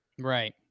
Right